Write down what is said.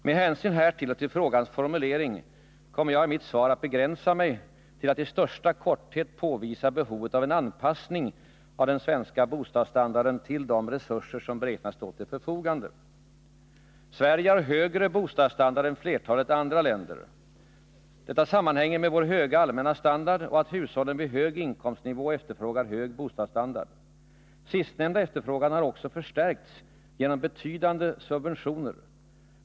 Med hänsyn härtill och till frågans formulering kommer jag i mitt svar att begränsa mig till att i största korthet påvisa behovet av en anpassning av den svenska bostadsstandarden till de resurser som beräknas stå till förfogande. Sverige har högre bostadsstandard än flertalet andra länder. Detta sammanhänger med vår höga allmänna standard och med att hushållen vid hög inkomstnivå efterfrågar hög bostadsstandard. Sistnämnda efterfrågan har också förstärkts genom betydande subventioner.